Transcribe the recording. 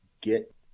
get